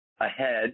ahead